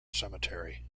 cemetery